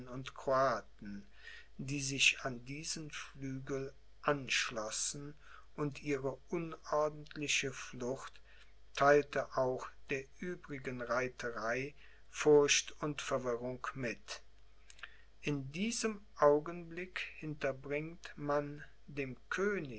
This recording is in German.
und kroaten die sich an diesen flügel anschlossen und ihre unordentliche flucht theilte auch der übrigen reiterei furcht und verwirrung mit in diesem augenblick hinterbringt man dem